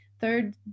Third